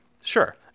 Sure